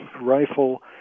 rifle